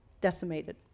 decimated